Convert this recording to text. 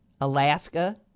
Alaska